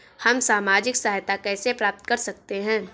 हम सामाजिक सहायता कैसे प्राप्त कर सकते हैं?